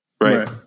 right